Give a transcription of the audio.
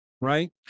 right